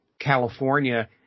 California